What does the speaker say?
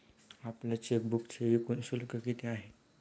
आपल्या चेकबुकचे एकूण शुल्क किती आहे?